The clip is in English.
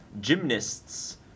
gymnasts